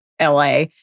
LA